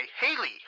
Haley